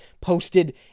posted